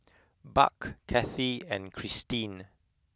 Buck Cathi and Kristine